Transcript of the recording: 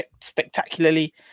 spectacularly